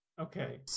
Okay